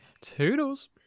Toodles